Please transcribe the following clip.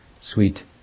sweet